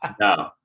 No